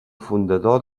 fundador